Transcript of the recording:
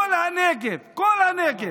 כל הנגב, כל הנגב: